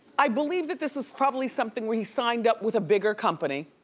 i believe that this is probably something where he signed up with a bigger company,